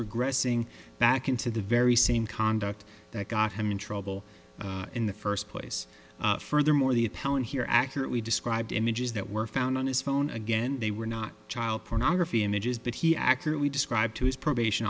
regressing back into the very same conduct that got him in trouble in the first place furthermore the appellant here accurately described images that were found on his phone again they were not child pornography images but he accurately described to his probation